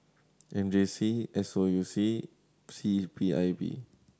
M J C S O U C C P I B